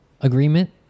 agreement